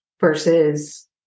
versus